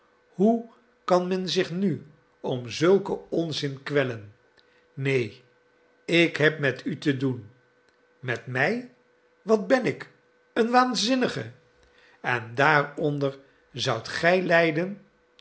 hoe kan men zich nu om zulken onzin kwellen neen ik heb met u te doen met mij wat ben ik een waanzinnige en daaronder zoudt gij lijden